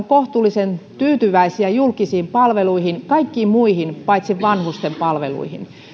kohtuullisen tyytyväisiä julkisiin palveluihin kaikkiin muihin paitsi vanhusten palveluihin